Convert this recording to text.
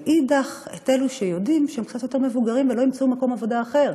ומאידך את אלה שיודעים שהם קצת יותר מבוגרים ולא ימצאו מקום עבודה אחר.